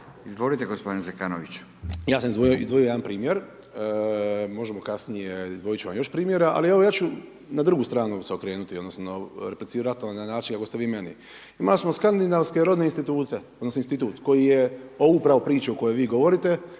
Hrvoje (HRAST)** Ja sam izdvojio jedan primjer, možemo kasnije, izdvojiti ću vam još primjera ali evo ja ću na drugu stranu se okrenuti, odnosno replicirati vam na način kako ste vi meni. Imali smo skandinavske rodne institute, odnosno institut koji je ovu upravo priču o kojoj vi govorite